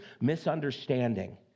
misunderstanding